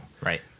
Right